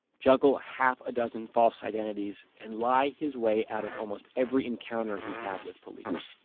juggle half-a-dozen false identities, and lie his way out of almost every encounter he had with police